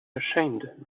ashamed